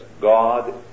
God